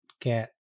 get